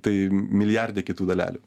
tai milijarde kitų dalelių